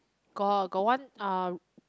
got got one uh